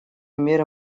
меры